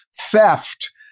theft